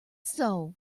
soul